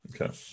Okay